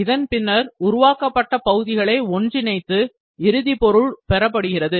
இதன்பின்னர் உருவாக்கப்பட்ட பகுதிகளை ஒன்றிணைத்து இறுதி பொருள் பெறப்படுகிறது